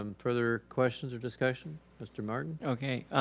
um further questions or discussion, mr. martin? okay.